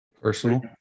personal